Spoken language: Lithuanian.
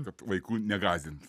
kad vaikų negąsdint